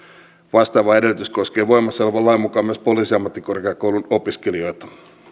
vastaava edellytys koskee voimassa olevan lain mukaan myös poliisiammattikorkeakoulun opiskelijoita